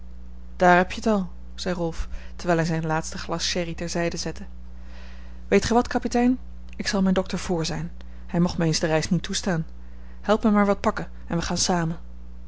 daar heb je t al zei rolf terwijl hij zijn laatste glas sherry ter zijde zette weet gij wat kapitein ik zal mijn dokter vr zijn hij mocht mij eens de reis niet toestaan help mij maar wat pakken en we gaan samen